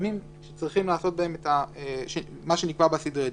בימים שצריך לעשות בהם את מה שנקבע בסדרי הדין.